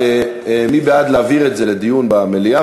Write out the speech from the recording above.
מי בעד להעביר את הנושא לדיון במליאה?